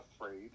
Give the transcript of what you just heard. afraid